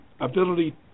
ability